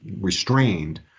restrained